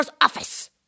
office